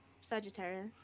Sagittarius